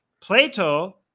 Plato